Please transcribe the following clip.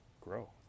grow